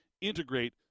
integrate